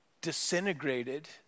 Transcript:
disintegrated